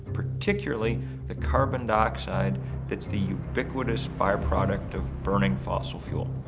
particularly the carbon dioxide that is the ubiquitous biproduct of burning fossil fuels.